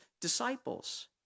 disciples